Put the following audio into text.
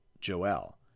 Joel